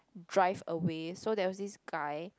drive away so there was this guy